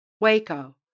Waco